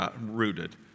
rooted